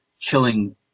killing